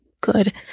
good